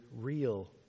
real